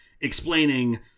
explaining